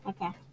Okay